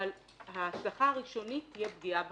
אבל ההשלכה הראשונית תהיה פגיעה בחלשים.